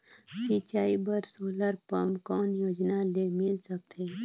सिंचाई बर solar pump कौन योजना ले मिल सकथे?